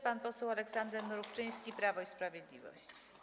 Pan poseł Aleksander Mrówczyński, Prawo i Sprawiedliwość.